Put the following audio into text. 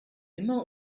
immer